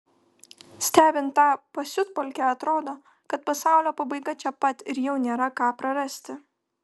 stebint tą pasiutpolkę atrodo kad pasaulio pabaiga čia pat ir jau nėra ką prarasti